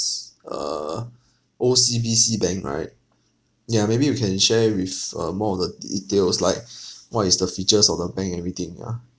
uh O_C_B_C bank right ya maybe you can share with uh more of the details like what is the features of the bank and everything ya